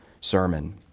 sermon